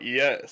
yes